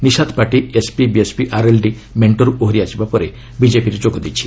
Nishad party SP BSP RLD ମେଷ୍ଟରୁ ଓହରି ଆସିବା ପରେ ବିଜେପିରେ ଯୋଗ ଦେଇଛି